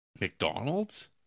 McDonald's